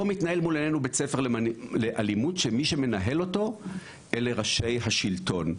פה מתנהל מולנו בית ספר לאלימות שמי שמנהל אותו הם ראשי השלטון.